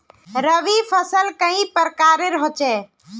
रवि फसल कई प्रकार होचे?